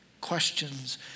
questions